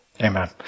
amen